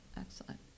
Excellent